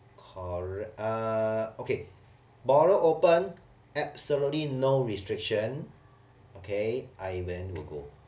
correct uh okay border open absolutely no restriction okay I then will go